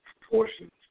proportions